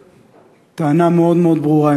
אני רוצה להגיד גם מילה טובה.